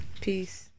Peace